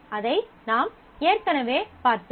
அதை நாம் ஏற்கனவே பார்த்தோம்